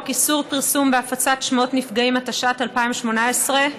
פרסום והפצת שמות נפגעים, התשע"ט 2018,